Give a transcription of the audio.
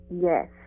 Yes